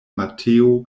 mateo